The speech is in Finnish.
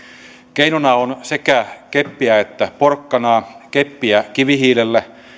keinona on sekä keppiä että porkkanaa keppiä kivihiilelle